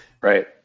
Right